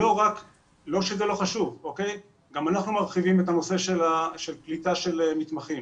גם אנחנו מרחיבים את הנושא של קליטה של מתמחים,